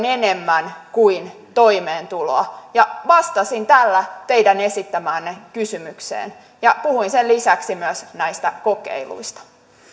enemmän kuin toimeentuloa vastasin tällä teidän esittämäänne kysymykseen ja puhuin sen lisäksi myös näistä kokeiluista